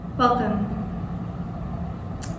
Welcome